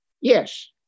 Yes